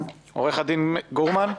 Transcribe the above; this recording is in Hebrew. עורך הדין גורמן?